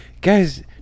guys